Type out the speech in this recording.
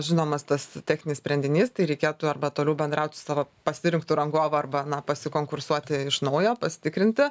žinomas tas techninis sprendinys tai reikėtų arba toliau bendraut su savo pasirinktu rangovu arba na pasikonkursuoti iš naujo pasitikrinti